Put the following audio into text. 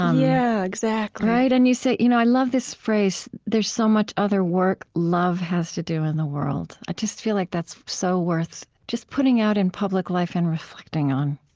um yeah. exactly right? and you say, you know i love this phrase, there's so much other work love has to do in the world. i just feel like that's so worth just putting out in public life and reflecting on